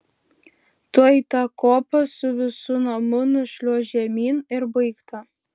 tuoj tą kopą su visu namu nušliuoš žemyn ir baigta